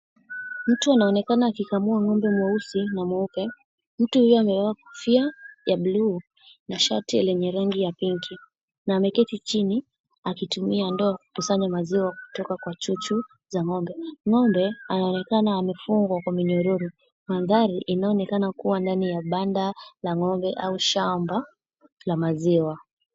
Mtu anaonekana akikamua ng'ombe mweusi na mweupe, mtu huyo amevaa kofia ya bluu, na shati lenye rangi ya pinki na ameketi chini akitumia ndoo kusanya maziwa kutoka kwa chuchu za ng'ombe, ng'ombe anaonekana amefungwa kwa minyororo, mandhari inaonekana kuwa ndani ya banda la ng'ombe au shamba la maziwa.